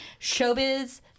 Showbiz